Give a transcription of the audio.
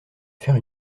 faire